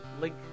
link